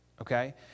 Okay